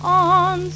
on